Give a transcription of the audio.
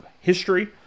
History